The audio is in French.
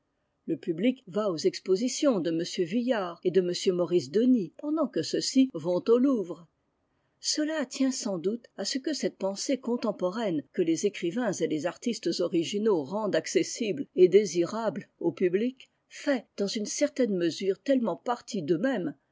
le public va aux expositions de m vuillard et de m maurice denis cependant que ceux-ci vont au louvre cela tient sans doute à ce que cette pensée contemporaine que les écrivains et les artistes originaux rendent accessible et désirable au public fait dans une certaine mesure tellement partie d'eux-mêmes